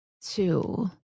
two